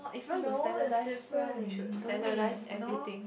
no it's different don't they know